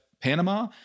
Panama